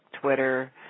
Twitter